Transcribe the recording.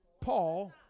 Paul